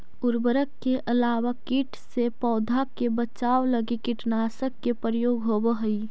उर्वरक के अलावा कीट से पौधा के बचाव लगी कीटनाशक के प्रयोग होवऽ हई